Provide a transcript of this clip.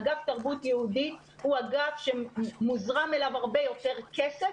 אגף תרבות יהודית הוא אגף שמוזרם אליו הרבה יותר כסף,